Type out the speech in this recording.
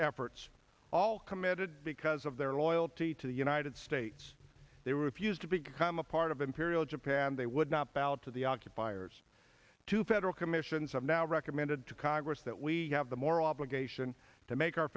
efforts all committed because of their loyalty to the united states they refused to become a part of imperial japan they would not bow to the occupiers to federal commissions have now recommended to congress that we have the moral obligation to make our